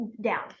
down